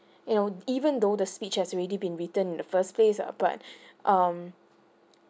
you know even though the speech has already been written in the first place ah but um